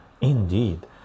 indeed